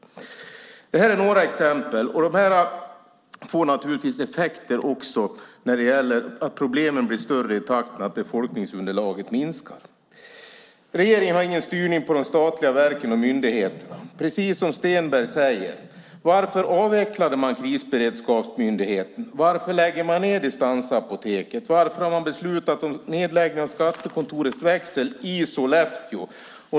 Det här var några exempel. De får naturligtvis effekter när problemen blir större i takt med att befolkningsunderlaget minskar. Regeringen har ingen styrning av de statliga verken och myndigheterna. Precis som Stenberg frågade undrar jag varför man avvecklade Krisberedskapsmyndigheten. Varför lägger man ned distansapoteket? Varför har man beslutat om nedläggning av skattekontorets växel i Sollefteå?